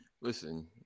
Listen